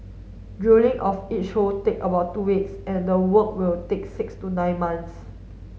drilling of each hole take about two weeks and the work will take six to nine months